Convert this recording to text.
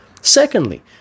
Secondly